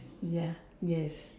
ya yes